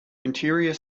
interior